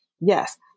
Yes